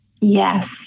Yes